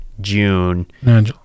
June